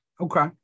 Okay